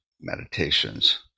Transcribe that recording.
meditations